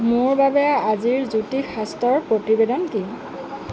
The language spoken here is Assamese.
মোৰ বাবে আজিৰ জ্যোতিষশাস্ত্ৰৰ প্ৰতিবেদন কি